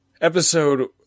Episode